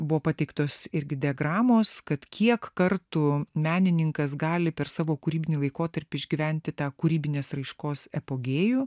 buvo pateiktos irgi diagramos kad kiek kartų menininkas gali per savo kūrybinį laikotarpį išgyventi tą kūrybinės raiškos apogėjų